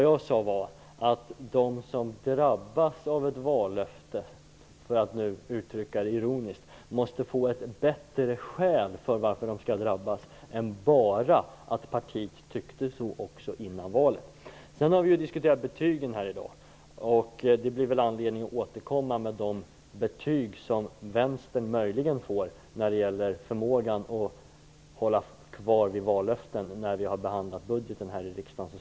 Jag sade att de som drabbas av ett vallöfte, för att uttrycka det ironiskt, måste få ett bättre skäl till varför de skall drabbas än bara att partiet tyckte så även före valet. Vi har diskuterat betygen här i dag. Det blir väl anledning att återkomma med de betyg som vänstern möjligen får när det gäller förmågan att hålla fast vid vallöften, när vi så småningom har behandlat budgeten här i riksdagen.